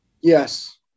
Yes